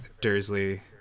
Dursley